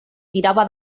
tirava